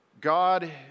God